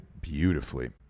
beautifully